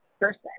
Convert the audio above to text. person